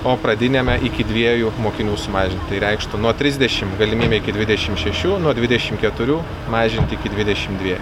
o pradiniame iki dviejų mokinių sumažint tai reikštų nuo trisdešim galimybė iki dvidešim šešių nuo dvidešim keturių mažint iki dvidešim dvie